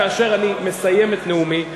כאשר אני מסיים את נאומי,